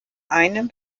einem